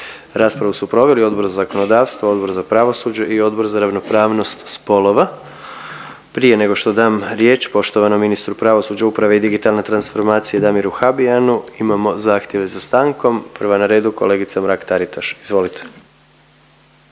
Raspravu su proveli Odbor za zakonodavstvo, Odbor za pravosuđe i Odbor za ravnopravnost spolova. Prije nego što dam riječ poštovanom ministru pravosuđa, uprave i digitalne transformacije Damiru Habijanu imamo zahtjeve za stankom, prva na redu kolegica Mrak-Taritaš, izvolite.